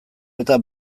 eta